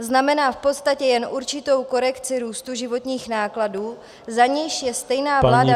Znamená v podstatě jen určitou korekci růstu životních nákladů, za nějž je stejná vláda